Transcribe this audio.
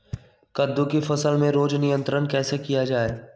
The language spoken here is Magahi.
कददु की फसल में रोग नियंत्रण कैसे किया जाए?